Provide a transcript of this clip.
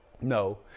No